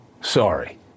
sorry